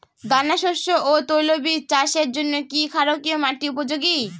দানাশস্য ও তৈলবীজ চাষের জন্য কি ক্ষারকীয় মাটি উপযোগী?